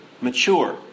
mature